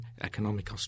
economic